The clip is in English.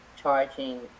charging